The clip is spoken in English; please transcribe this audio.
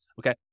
Okay